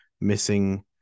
missing